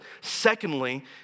secondly